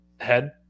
head